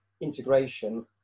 integration